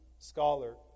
scholar